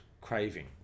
craving